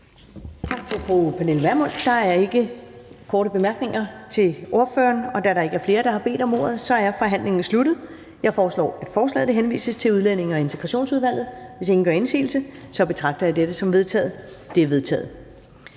Tak til fru Pernille Vermund. Der er ikke korte bemærkninger til ordføreren. Da der ikke er flere, der har bedt om ordet, er forhandlingen sluttet. Jeg foreslår, at forslaget henvises til Udlændinge- og Integrationsudvalget. Hvis ingen gør indsigelse, betragter jeg dette som vedtaget. Det er vedtaget.